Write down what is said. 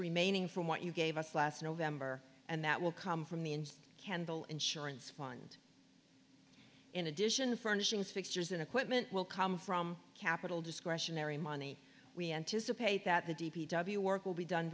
remaining from what you gave us last november and that will come from the candle insurance fund in addition furnishings fixtures and equipment will come from capital discretionary money we anticipate that the d p w work will be done